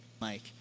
Mike